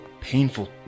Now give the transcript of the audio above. painful